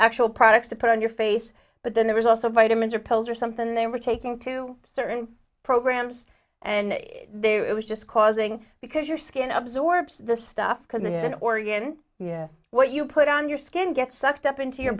actual products to put on your face but then it was also vitamins or pills or something and they were taking to certain programs and it was just causing because your skin absorbs the stuff coming in oregon what you put on your skin gets sucked up into your